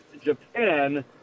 Japan